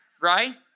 right